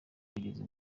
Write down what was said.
rugeze